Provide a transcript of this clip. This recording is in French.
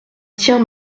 tient